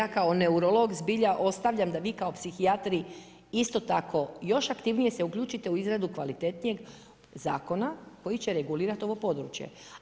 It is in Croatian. Pa naravno, ja kao neurolog zbilja ostavljam da vi kao psihijatri isto tako još aktivnije se uključite u izradu kvalitetnijeg zakona koji će regulirat ovo područje.